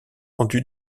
rendus